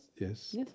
Yes